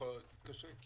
כי